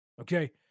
okay